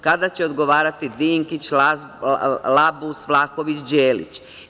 Kada će odgovarati Dinkić, Labus, Vlahović, Đelić?